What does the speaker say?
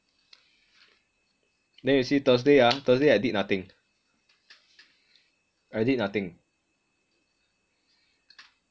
then you see thursday ah thursday I did nothing I did nothing